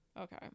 okay